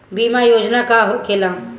बीमा योजना का होखे ला?